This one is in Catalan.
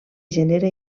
genera